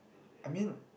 I mean